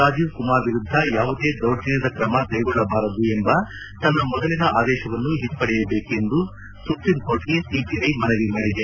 ರಾಜೀವ್ಕುಮಾರ್ ವಿರುದ್ದ ಯಾವುದೇ ದೌರ್ಜನ್ನದ ಕ್ರಮ ಕೈಗೊಳ್ಳಬಾರದು ಎಂಬ ತನ್ನ ಮೊದಲಿನ ಆದೇಶವನ್ನು ಹಿಂಪಡೆಯಬೇಕೆಂದು ಸುಪ್ರೀಂ ಕೋರ್ಟ್ಗೆ ಸಿಬಿಐ ಮನವಿ ಮಾಡಿದೆ